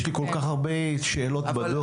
יש לי כל כך הרבה שאלות בדוח.